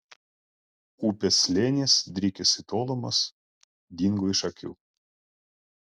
upės slėnis drykęs į tolumas dingo iš akių